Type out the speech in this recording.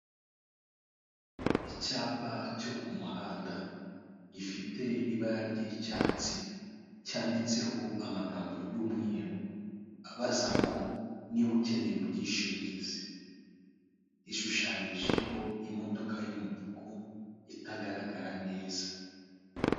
Icyapa cyo ku muhanda gifite ibara ry'icyatsi cyanditseho amagambo y'umweru abaza ngo niba ukeneye ubwishingizi, gishushanyijeho imodoka y'umutuku itagaragara neza.